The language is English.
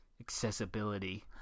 Accessibility